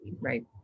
Right